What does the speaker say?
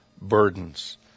burdens